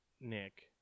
Nick